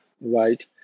right